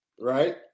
right